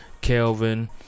Kelvin